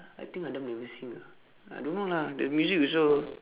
I think adam never sing ah I don't know lah the music also